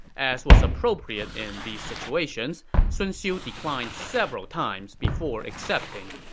as was appropriate in these situations, sun xiu declined several times before accepting.